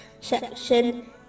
section